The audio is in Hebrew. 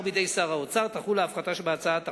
בידי שר האוצר תחול ההפחתה שבהצעת החוק,